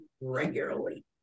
regularly